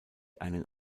einen